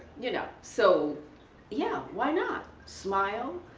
you know. so yeah why not, smile,